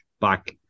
back